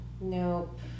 Nope